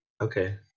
okay